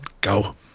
go